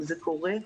זה קורה.